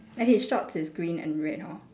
and his shorts is green and red hor